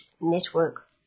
Network